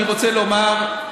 אני רוצה לומר,